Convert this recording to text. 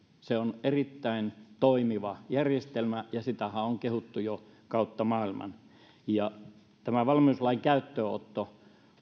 se on erittäin toimiva järjestelmä ja sitähän on kehuttu jo kautta maailman tämä valmiuslain käyttöönotto